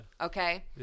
okay